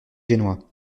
génois